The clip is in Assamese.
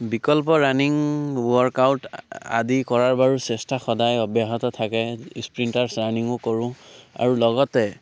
বিকল্প ৰাণিং ৱৰ্ক আউট আদি কৰাৰ বাৰু চেষ্টা সদায় অব্যাহত থাকে স্প্ৰিন্টাৰছ্ ৰানিঙো কৰোঁ আৰু লগতে